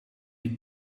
die